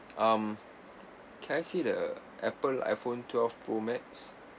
um can I see the apple iphone twelve pro max